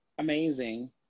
Amazing